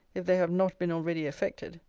if they have not been already effected.